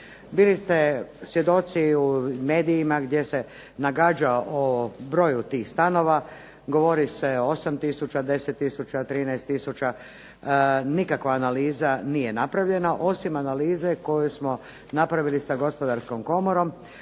Bili ste svjedoci u medijima gdje se nagađalo o broju tih stanova. Govori se 8 tisuća, 10 tisuća, 13 tisuća. Nikakva analiza nije napravljena osim analize koju smo napravili sa gospodarskom komorom